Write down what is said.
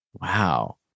Wow